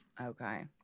Okay